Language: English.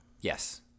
Yes